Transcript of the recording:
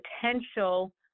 potential